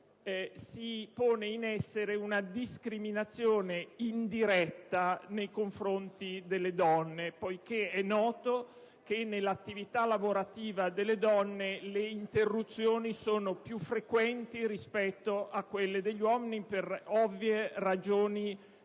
si pone in essere una discriminazione indiretta nei confronti delle donne: è infatti noto che nell'attività lavorativa delle donne le interruzioni sono più frequenti rispetto a quella degli uomini, per ragioni